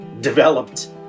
developed